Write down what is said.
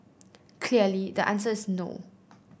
clearly the answer is no